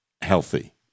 healthy